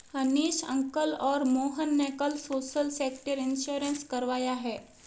Hanish uncle और मोहन ने कल सोशल सेक्टर इंश्योरेंस करवाया है